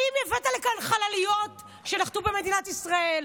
האם הבאת לכאן חלליות שנחתו במדינת ישראל?